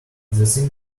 thing